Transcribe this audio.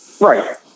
right